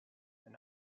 and